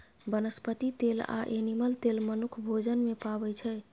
बनस्पति तेल आ एनिमल तेल मनुख भोजन मे पाबै छै